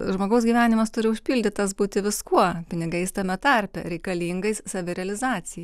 žmogaus gyvenimas turi užpildytas būti viskuo pinigais tame tarpe reikalingais savirealizacijai